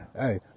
Hey